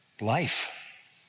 life